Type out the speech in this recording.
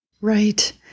Right